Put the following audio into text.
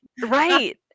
Right